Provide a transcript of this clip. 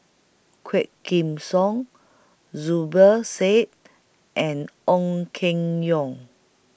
Quah Kim Song Zubir Said and Ong Keng Yong